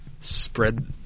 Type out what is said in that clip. spread